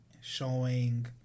showing